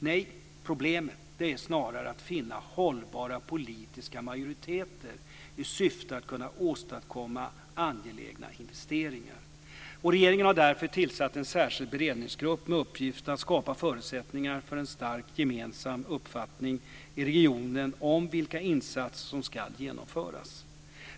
Nej, problemet är snarare att finna hållbara politiska majoriteter i syfte att kunna åstadkomma angelägna investeringar. Regeringen har därför tillsatt en särskild beredningsgrupp med uppgift att skapa förutsättningar för en stark gemensam uppfattning i regionen om vilka insatser som ska genomföras.